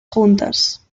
juntas